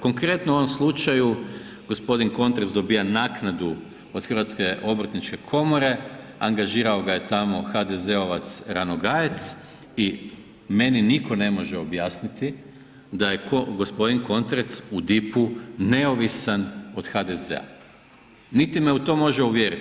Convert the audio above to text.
Konkretno u ovom slučaju gospodin Kontrec dobija naknadu od Hrvatske obrtničke komore, angažirao ga je tamo HDZ-ovac Ranogajec i meni nitko ne može objasniti da je gospodin Kontrec u DIP-u neovisan od HDZ-a, niti me u to može uvjeriti.